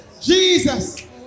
Jesus